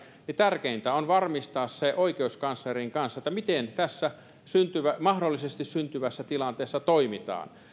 tärkeintä oli varmistaa oikeuskanslerin kanssa se miten tässä mahdollisesti syntyvässä tilanteessa toimitaan